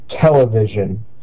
television